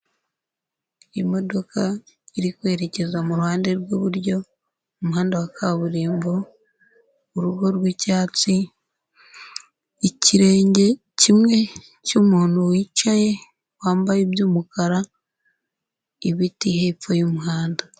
Imodoka iri kwerekeza mu ruhande rw'iburyo, umuhanda wa kaburimbo, urugo rw'icyatsi, ikirenge kimwe cy'umuntu wicaye wambaye iby'umukara, ibiti hepfo y'umuhanda.